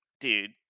dude